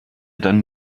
dann